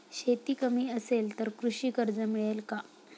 शेती कमी असेल तर कृषी कर्ज मिळेल का?